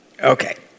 okay